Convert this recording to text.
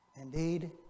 indeed